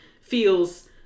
feels